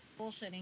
bullshitting